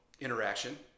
interaction